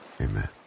amen